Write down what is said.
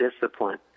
discipline